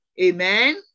Amen